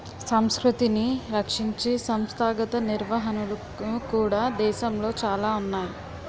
సంస్కృతిని రక్షించే సంస్థాగత నిర్వహణలు కూడా దేశంలో చాలా ఉన్నాయి